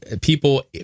people